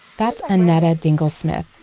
that's annetta dingel-smith.